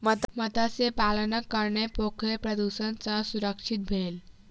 मत्स्य पालनक कारणेँ पोखैर प्रदुषण सॅ सुरक्षित भेल